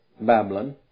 Babylon